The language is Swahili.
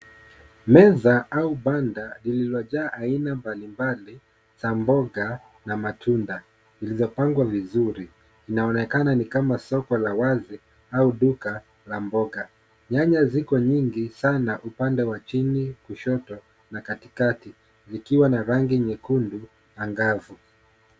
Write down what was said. Meza au banda lililojaa aina mbalimbali za mboga na matunda, lilizopangwa vizuri. Inaonekana ni kama soko la wazi au duka la mboga. Nyanya ziko nyingi sana upande wa chini, kushoto na katikati, zikiwa na rangi nyekundu angavu.